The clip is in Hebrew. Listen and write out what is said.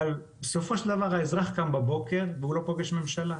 אבל בסופו של דבר האזרח קם בבוקר והוא לא פוגש ממשלה,